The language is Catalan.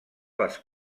les